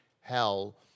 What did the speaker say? hell